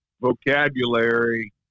vocabulary